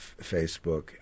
Facebook